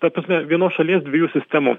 ta prasme vienos šalies dviejų sistemų